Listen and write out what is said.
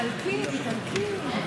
מתעלקים, מתעלקים.